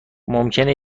ممکنه